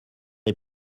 est